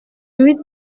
huit